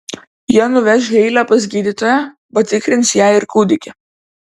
jie nuveš heilę pas gydytoją patikrins ją ir kūdikį